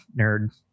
nerd